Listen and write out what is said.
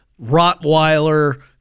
Rottweiler